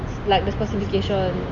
like the specification